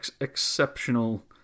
exceptional